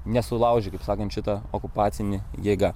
nesulaužytų taip sakant šito okupacinė jėga